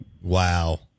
Wow